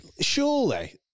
surely